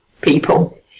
people